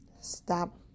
Stop